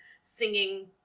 singing